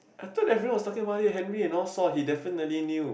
I thought everyone was talking about it Henry and all saw he definitely knew